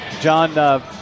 John